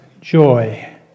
joy